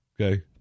Okay